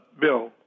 Bill